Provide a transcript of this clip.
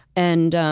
and